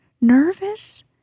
nervous